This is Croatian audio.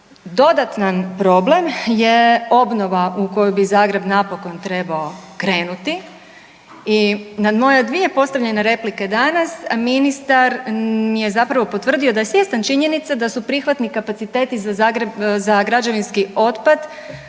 Dodatan problem je obnova u koju bi Zagreb napokon krenuti i na moje dvije postavljene replike danas ministar mi je zapravo potvrdio da je svjestan činjenice da su prihvatni kapaciteti za Zagreb za građevinski otpad